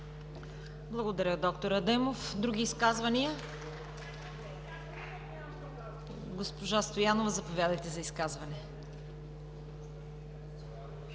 Благодаря, д р Адемов. Други изказвания? Госпожо Стоянова, заповядайте за изказване.